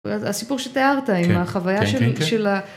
הסיפור שתיארת, -כן כן כן כן -עם החוויה של...